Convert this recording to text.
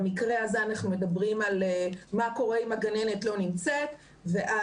במקרה הזה אנחנו מדברים על מה קורה אם הגננת לא נמצאת ואז